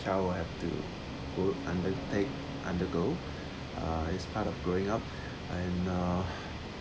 child have to go undertake undergo uh it's part of growing up and uh